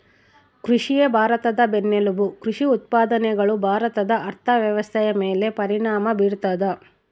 ಕೃಷಿಯೇ ಭಾರತದ ಬೆನ್ನೆಲುಬು ಕೃಷಿ ಉತ್ಪಾದನೆಗಳು ಭಾರತದ ಅರ್ಥವ್ಯವಸ್ಥೆಯ ಮೇಲೆ ಪರಿಣಾಮ ಬೀರ್ತದ